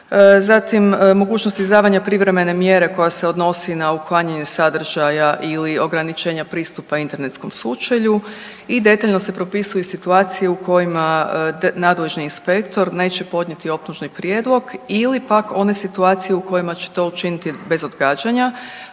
zatim, mogućnosti izdavanja privremene mjere koja se odnosi na uklanjanje sadržaja ili ograničenja pristupa internetskom sučelju i detaljno se propisuju situacije u kojima nadležni inspektor neće podnijeti optužni prijedlog ili pak one situacije u kojima će to učiniti bez odgađanja